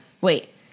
Wait